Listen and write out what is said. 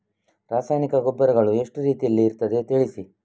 ರಾಸಾಯನಿಕ ಗೊಬ್ಬರಗಳು ಎಷ್ಟು ರೀತಿಯಲ್ಲಿ ಇರ್ತದೆ ತಿಳಿಸಿ?